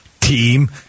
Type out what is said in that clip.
team